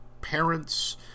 Parents